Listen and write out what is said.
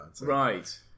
Right